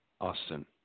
Austin